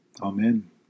amen